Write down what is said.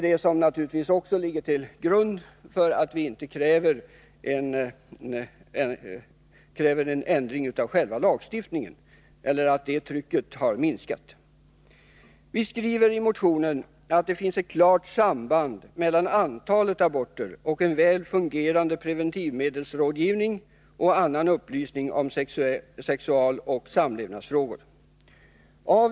Det är naturligtvis också det som ligger till grund för det förhållandet att trycket på en ändring av lagstiftningen har minskat. Vi skriver i motionen att det finns ett klart samband mellan antalet aborter och en väl fungerande preventivmedelsrådgivning samt annan upplysning om sexualoch samlevnadsfrågor.